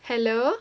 hello